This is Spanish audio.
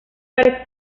para